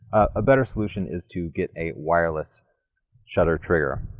a better solution is to get a wireless shutter trigger.